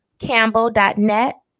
Campbell.net